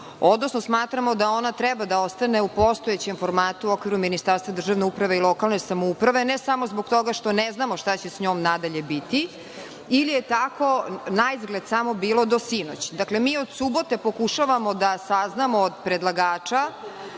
odnosno smatramo da ona treba da ostane u postojećem formatu u okviru Ministarstva državne uprave i lokalne samouprave, ne samo zbog toga što ne znamo šta će sa njom nadalje biti ili je tako naizgled samo bilo do sinoć. Dakle, mi od subote pokušavamo da saznamo od predlagača,